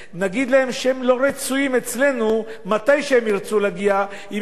נגיד להם שהם לא רצויים אצלנו כשהם ירצו להגיע אם הם לא